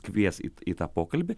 kvies į į tą pokalbį